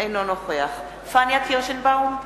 אינו נוכח פניה קירשנבאום,